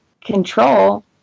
control